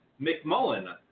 McMullen